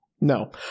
No